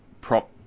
prop